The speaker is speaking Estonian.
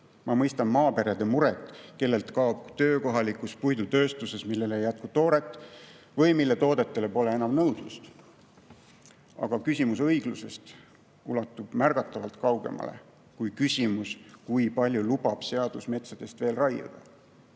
Ma mõistan maaperede muret, kellel kaob töö kohalikus puidutööstuses, sest sellele ei jätku tooret või selle toodete järele pole enam nõudlust. Aga küsimus õiglusest ulatub märgatavalt kaugemale kui küsimus, kui palju lubab seadus metsades veel raiuda.